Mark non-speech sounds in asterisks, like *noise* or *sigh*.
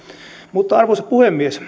arvoisa puhemies *unintelligible*